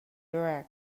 iraq